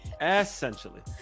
Essentially